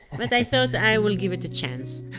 but i thought i will give it a chance.